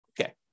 Okay